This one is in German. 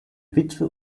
witwe